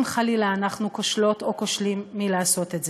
אם חלילה אנחנו כושלות או כושלים מלעשות את זה.